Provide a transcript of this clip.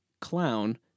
clown